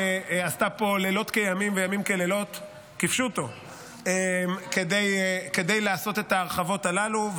שעשתה פה לילות כימים וימים כלילות כפשוטו כדי לעשות את ההרחבות הללו,